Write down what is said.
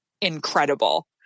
incredible